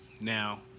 Now